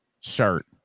shirt